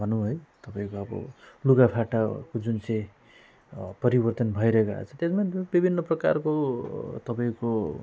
भनौँ है तपाईँको अब लुगाफाटा जुन चाहिँ परिवर्तन भएर गएको छ त्यसमा विभिन्न प्रकारको तपाईँको